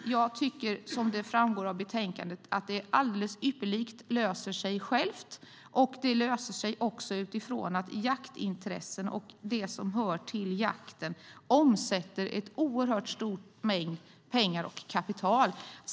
Som framgår av betänkandet löser sig detta alldeles ypperligt av sig självt. Det löser sig också utifrån att jaktintressen och det som hör till jakten omsätter en oerhört stor mängd pengar, kapital.